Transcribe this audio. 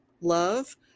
love